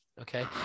Okay